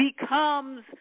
becomes